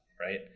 right